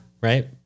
Right